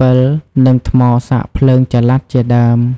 ពិល និងថ្មសាកភ្លើងចល័ត ជាដើម។